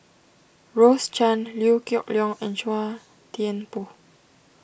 Rose Chan Liew Geok Leong and Chua Thian Poh